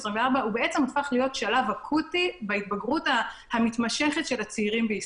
24 הפך להיות שלב אקוטי בהתבגרות המתמשכת של הצעירים בישראל.